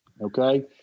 Okay